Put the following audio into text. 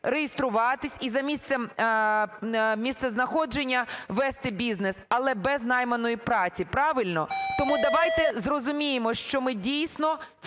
реєструватись і за місцем знаходження вести бізнес, але без найманої праці. Правильно? Тому давайте зрозуміємо, що ми дійсно